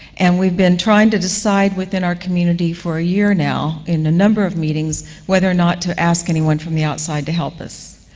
and we've been trying to decide within our community for a year now, in a number of meetings, whether or not to ask anyone from the outside to help us.